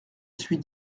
suis